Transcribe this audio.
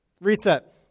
reset